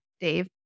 Dave